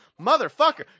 motherfucker